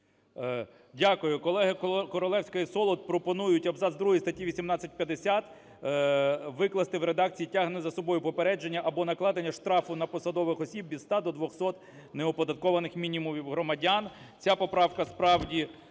Дякую. Колеги Королевська і Солод пропонують абзац другий 188-50 викласти в редакції: "тягне за собою попередження або накладення штрафу на посадових осіб від ста до двохсот неоподатковуваних мінімумів доходів